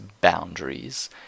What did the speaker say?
boundaries